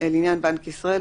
לעניין בנק ישראל,